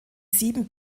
sieben